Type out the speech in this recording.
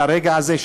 לרגע הזה,